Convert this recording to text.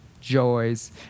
joys